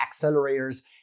accelerators